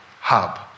hub